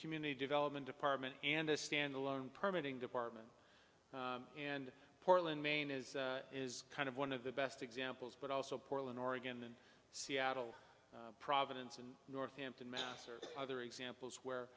community development department and a standalone permitting department and portland maine is is kind of one of the best examples but also portland oregon and seattle providence and northampton mass or other examples where